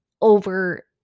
over